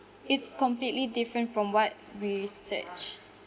it's completely different from what we research